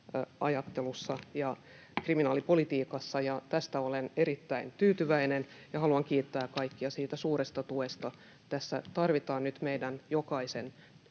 rikosajattelussa ja kriminaalipolitiikassa, ja tästä olen erittäin tyytyväinen, ja haluan kiittää kaikkia siitä suuresta tuesta. Tässä tarvitaan nyt meidän jokaisen